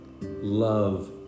love